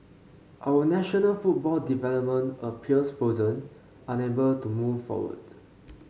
our national football development appears frozen unable to move forward